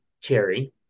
cherry